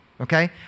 okay